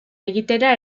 egitera